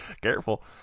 Careful